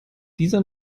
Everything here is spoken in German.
dieser